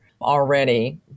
already